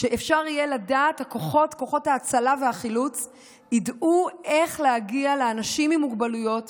שכוחות ההצלה והחילוץ ידעו איך להגיע לאנשים עם מוגבלויות